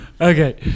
Okay